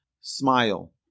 Smile